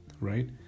right